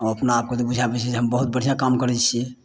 ओ अपना आपके तऽ बुझाबै छै जे हम बहुत बढ़िऑं काम करै छियै